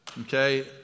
Okay